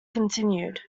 continued